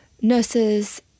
nurses